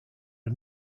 are